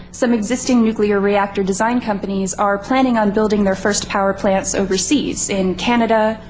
some existing nuclear reactor design companies are planning on building their first power plants overseas. in canada,